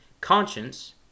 conscience